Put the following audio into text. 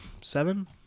Seven